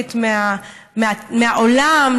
מנותקת מהעולם,